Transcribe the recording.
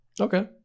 Okay